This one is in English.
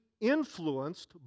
influenced